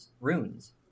runes